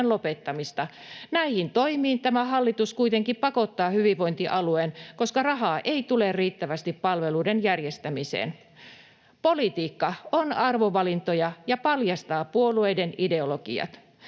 lopettamista. Näihin toimiin tämä hallitus kuitenkin pakottaa hyvinvointialueen, koska rahaa ei tule riittävästi palveluiden järjestämiseen. Politiikka on arvovalintoja ja paljastaa puolueiden ideologiat.